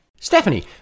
Stephanie